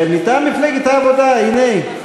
מטעם מפלגת העבודה, הנה,